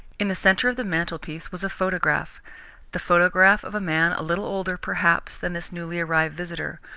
in the centre of the mantelpiece was a photograph the photograph of a man a little older, perhaps, than this newly-arrived visitor,